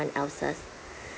someone else's